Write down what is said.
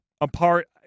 apart